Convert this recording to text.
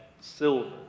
silver